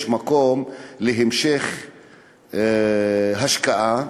יש מקום להמשך השקעה,